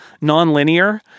non-linear